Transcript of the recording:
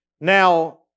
Now